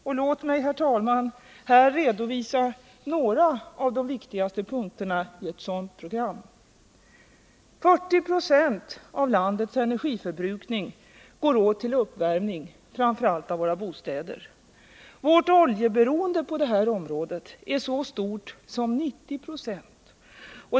Låt mig här, herr talman, redovisa några av de viktigaste punkterna i ett sådant program. 40 96 av landets energiförbrukning går åt till uppvärmning, framför allt av våra bostäder. Vårt oljeberoende på detta område är så stort som 90 96.